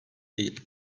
değil